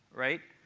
right?